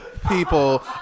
people